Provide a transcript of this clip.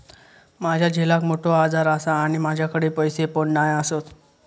माझ्या झिलाक मोठो आजार आसा आणि माझ्याकडे पैसे पण नाय आसत